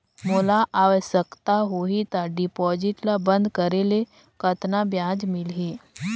मोला आवश्यकता होही त डिपॉजिट ल बंद करे ले कतना ब्याज मिलही?